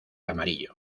amarillo